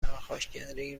پرخاشگری